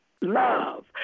Love